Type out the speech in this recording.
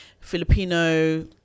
Filipino